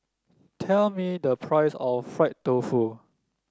tell me the price of Fried Tofu